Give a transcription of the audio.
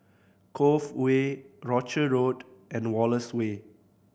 Cove Way Rochor Road and Wallace Way